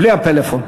בלי הפלאפון.